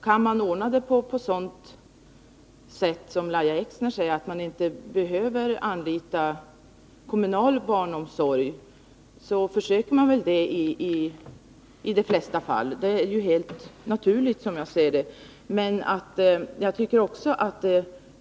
Kan man ordna barntillsynen på ett sådant sätt att man inte behöver anlita kommunal barnomsorg, försöker man väl i de flesta fall att göra detta. Det är, som jag ser det, helt naturligt.